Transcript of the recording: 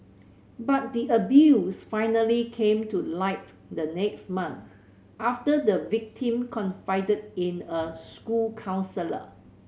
but the abuse finally came to light the next month after the victim confided in a school counsellor